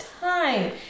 time